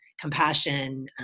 compassion